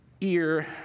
ear